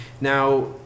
now